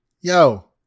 Yo